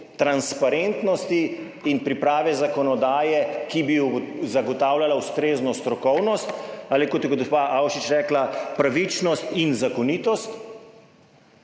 transparentnosti in priprave zakonodaje, ki bi zagotavljala ustrezno strokovnost ali kot je gospa Avšič rekla, pravičnost in zakonitost